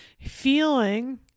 feeling